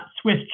Swiss